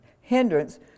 hindrance